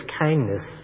kindness